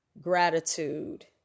Gratitude